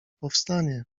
powstanie